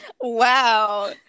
Wow